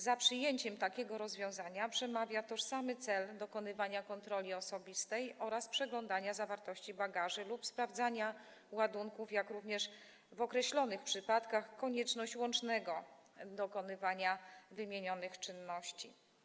Za przyjęciem takiego rozwiązania przemawia tożsamy cel dokonywania kontroli osobistej oraz przeglądania zawartości bagaży lub sprawdzania ładunków, jak również w określonych przypadkach konieczność łącznego dokonywania wymienionych czynności.